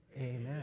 Amen